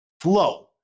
flow